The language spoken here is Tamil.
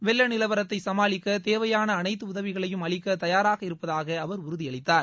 வெள்ள நிலவரத்தை சமாளிக்கத் தேவையான அனைத்து உதவிகளையும் அளிக்க தயாராக இருப்பதாக அவர் உறுதியளித்தார்